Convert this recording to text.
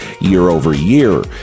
year-over-year